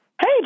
Hey